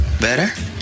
Better